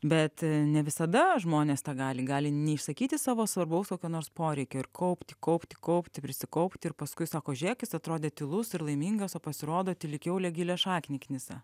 bet ne visada žmonės tą gali gali neišsakyti savo svarbaus kokio nors poreikio ir kaupti kaupti kaupti prisikaupti ir paskui sako žiūrėk jis atrodė tylus ir laimingas o pasirodo tyli kiaulė gilią šaknį knisa